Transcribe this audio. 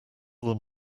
them